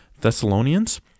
Thessalonians